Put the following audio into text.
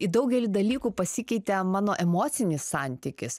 į daugelį dalykų pasikeitė mano emocinis santykis